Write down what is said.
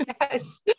Yes